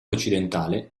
occidentale